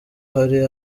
hari